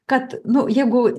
kad nu jeigu